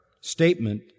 statement